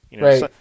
Right